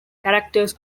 characters